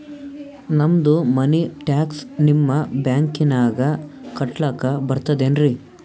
ನಮ್ದು ಮನಿ ಟ್ಯಾಕ್ಸ ನಿಮ್ಮ ಬ್ಯಾಂಕಿನಾಗ ಕಟ್ಲಾಕ ಬರ್ತದೇನ್ರಿ?